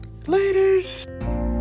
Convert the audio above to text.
Laters